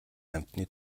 амьтны